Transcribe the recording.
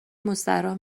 مستراح